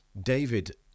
David